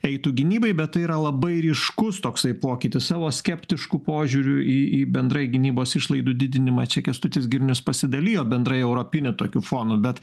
eitų gynybai bet tai yra labai ryškus toksai pokytis savo skeptišku požiūriu į į bendrai gynybos išlaidų didinimą čia kęstutis girnius pasidalijo bendrai europiniu tokiu fonu bet